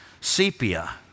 sepia